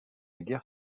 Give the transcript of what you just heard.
guerre